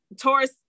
Taurus